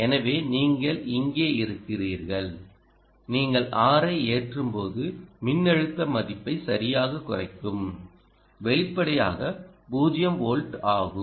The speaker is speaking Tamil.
எனவே நீங்கள் இங்கே இருக்கிறீர்கள் நீங்கள் R ஐ ஏற்றும்போது மின்னழுத்த மதிப்பை சரியாகக் குறைக்கும் வெளிப்படையாக 0 வோல்ட் ஆகும்